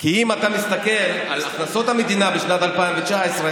כי אם אתה מסתכל על הכנסות המדינה בשנת 2019,